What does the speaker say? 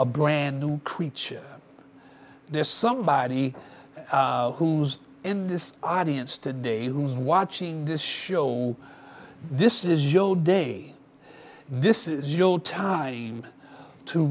a brand new creature there's somebody who's in this audience today who's watching this show this is joe day this is your time